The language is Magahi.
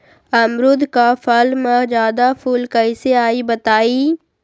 अमरुद क फल म जादा फूल कईसे आई बताई?